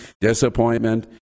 disappointment